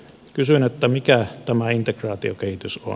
kysyin mikä tämä integraatiokehitys on